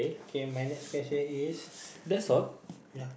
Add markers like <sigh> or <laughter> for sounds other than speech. K my next question is <breath> ya